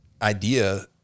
idea